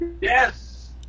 Yes